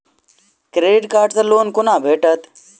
Credit card सँ loan कोना भेटत?